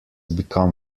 become